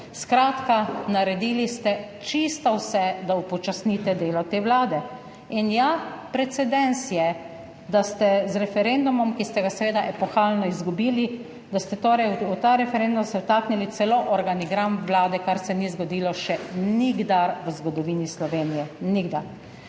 Skratka, naredili ste čisto vse, da upočasnite delo te vlade. In ja, precedens je, da ste v referendum, ki ste ga seveda epohalno izgubili, vtaknili celo organigram Vlade, kar se ni zgodilo še nikdar v zgodovini Slovenije. Nikdar.